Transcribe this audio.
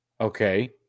Okay